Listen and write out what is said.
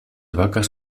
vacas